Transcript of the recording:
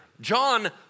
John